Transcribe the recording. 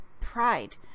pride